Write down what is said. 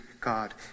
God